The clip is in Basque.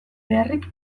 beharrik